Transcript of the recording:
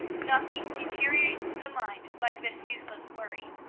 nothing deteriorates the mind like this useless worry.